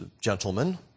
gentlemen